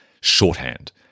shorthand